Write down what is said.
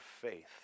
faith